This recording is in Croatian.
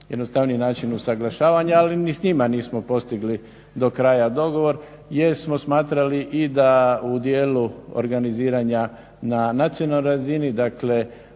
jednostavniji način usuglašavanja ali ni s njima nismo postigli do kraja dogovor jer smo smatrali i da u dijelu organiziranja na nacionalnoj razini, dakle